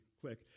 quick